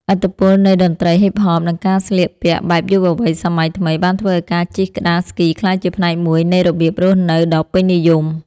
ឥទ្ធិពលនៃតន្ត្រីហ៊ីបហប និងការស្លៀកពាក់បែបយុវវ័យសម័យថ្មី បានធ្វើឱ្យការជិះក្ដារស្គីក្លាយជាផ្នែកមួយនៃរបៀបរស់នៅដ៏ពេញនិយម។